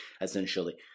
essentially